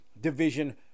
Division